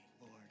Lord